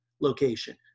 location